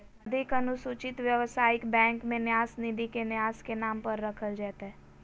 अधिक अनुसूचित व्यवसायिक बैंक में न्यास निधि के न्यास के नाम पर रखल जयतय